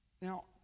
Now